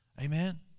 Amen